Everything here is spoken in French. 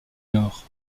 nord